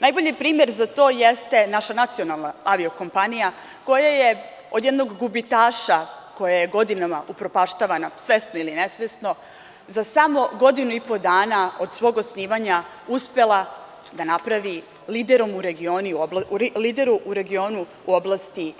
Najbolji primer za to jeste naša nacionalna avio kompanija, koja je od jednog gubitaša, koja je godinama upropaštavana, svesno ili nesvesno, za samo godinu i po dana od svog osnivanja uspela da napravi lidera u regionu u oblasti